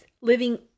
living